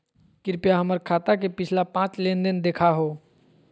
कृपया हमर खाता के पिछला पांच लेनदेन देखाहो